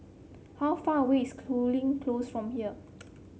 how far away is Cooling Close from here